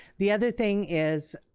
the other thing is,